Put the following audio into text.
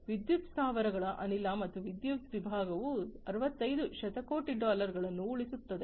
ವಿದ್ಯುತ್ ಸ್ಥಾವರಗಳ ಅನಿಲ ಮತ್ತು ವಿದ್ಯುತ್ ವಿಭಾಗವು 65 ಶತಕೋಟಿ ಡಾಲರ್ಗಳನ್ನು ಉಳಿಸುತ್ತದೆ